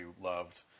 loved